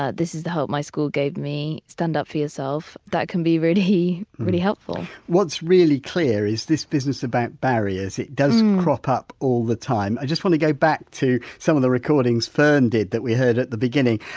ah this is the help my school gave me, stand up for yourself. that can be really really helpful what's really clear is this business about barriers, it does crop up all the time. i just want to go back to some of the recordings fern did, that we heard at the beginning,